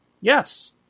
Yes